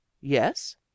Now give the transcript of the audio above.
yes